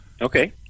Okay